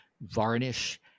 varnish